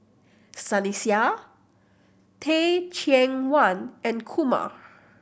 Sunny Sia Teh Cheang Wan and Kumar